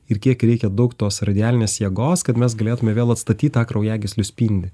ir kiek reikia daug tos radialinės jėgos kad mes galėtume vėl atstatyt tą kraujagyslių spindį